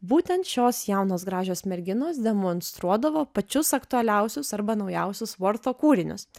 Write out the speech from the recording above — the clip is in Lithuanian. būtent šios jaunos gražios merginos demonstruodavo pačius aktualiausius arba naujausius vorto kūrinius